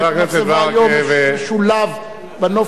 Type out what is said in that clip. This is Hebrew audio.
עמק המצלבה היום משולב בנוף,